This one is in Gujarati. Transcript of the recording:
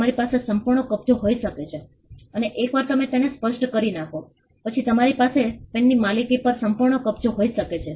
તમારી પાસે સંપૂર્ણ કબજો હોઈ શકે છે અને એકવાર તમે તેને સ્પષ્ટ કરી નાખો પછી તમારી પાસે પેનની માલિકી પર સંપૂર્ણ કબજો હોઈ શકે છે